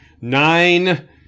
nine